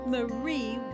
Marie